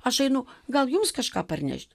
aš einu gal jums kažką parnešti